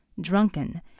drunken